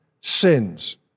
sins